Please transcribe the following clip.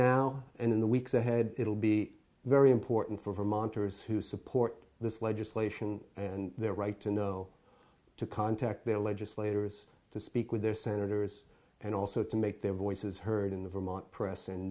now and in the weeks ahead it will be very important for monsters who support this legislation and their right to know to contact their legislators to speak with their senators and also to make their voices heard in the vermont press and